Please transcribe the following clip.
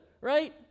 right